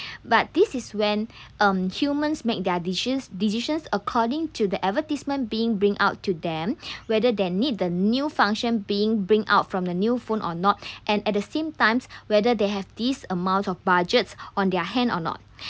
but this is when um humans make their decis~ decisions according to the advertisement being bring out to them whether they need the new function being bring out from the new phone or not and at the same times whether they have this amount of budgets on their hand or not